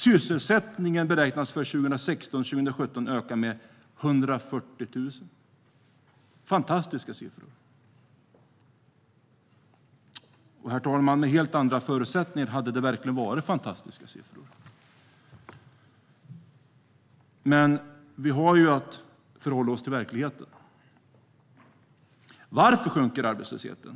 Sysselsättningen beräknas 2016 och 2017 öka med 140 000. Det är fantastiska siffror. Och, herr talman, med helt andra förutsättningar hade det verkligen varit fantastiska siffror. Men vi har att förhålla oss till verkligheten. Varför sjunker arbetslösheten?